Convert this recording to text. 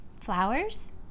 Flowers